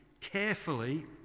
carefully